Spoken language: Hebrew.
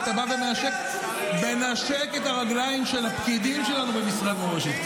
היית בא ומנשק את הרגליים של הפקידים שלנו במשרד למורשת.